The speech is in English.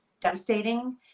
devastating